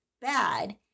bad